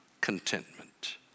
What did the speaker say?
contentment